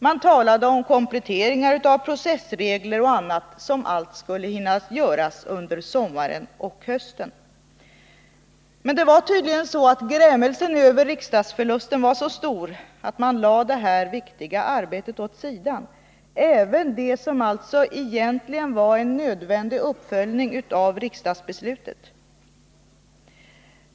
Man talade om kompletteringar av processregler och annat, som allt skulle hinna göras under sommaren och hösten. Men det var tydligen så att grämelsen över riksdagsförlusten var så stor, att man lade detta viktiga arbete åt sidan, även det som egentligen var en nödvändig uppföljning av riksdagsbeslutet.